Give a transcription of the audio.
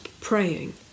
praying